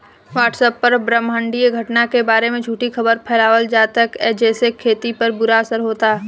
WhatsApp पर ब्रह्माण्डीय घटना के बारे में झूठी खबर फैलावल जाता जेसे खेती पर बुरा असर होता